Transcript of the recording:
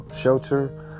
shelter